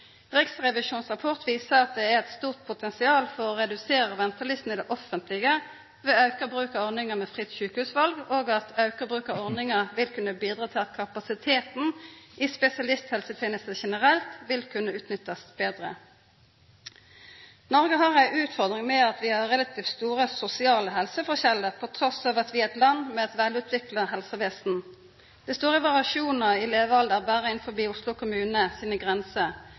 Riksrevisjonens rapport viser at det er eit stort potensial for å redusera ventelistene i det offentlege ved auka bruk av ordninga med fritt sjukehusval, og at auka bruk av ordninga vil kunna medverka til at kapasiteten i spesialisthelsetenesta generelt vil kunna utnyttast betre. Noreg har ei utfordring med at vi har relativt store sosiale helseforskjellar, trass i at vi er eit land med eit velutvikla helsevesen. Det er store variasjonar i levealder berre innanfor Oslo kommune sine grenser.